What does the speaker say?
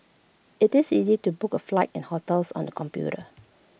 IT is easy to book A flights and hotels on the computer